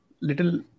little